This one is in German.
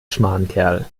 schmankerl